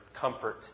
comfort